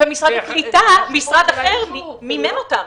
ומשרד הקליטה, משרד אחר, מימן אותם.